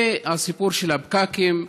מהסיפור של הפקקים,